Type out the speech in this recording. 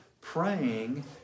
praying